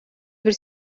бир